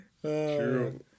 True